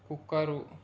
cooker